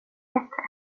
bättre